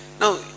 Now